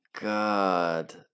god